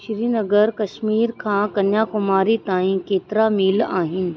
श्रीनगर कश्मीर खां कन्याकुमारी ताईं केतिरा मील आहिनि